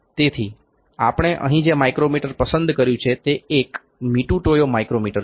તેથી આપણે અહીં જે માઇક્રોમીટર પસંદ કર્યું છે તે એક મીટુટોયો માઇક્રોમીટર છે